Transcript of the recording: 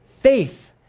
faith